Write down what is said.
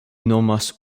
nomas